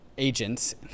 agents